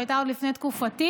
שהייתה עוד לפני תקופתי,